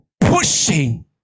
pushing